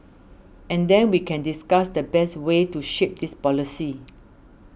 and then we can discuss the best way to shape this policy